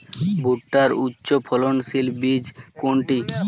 ভূট্টার উচ্চফলনশীল বীজ কোনটি?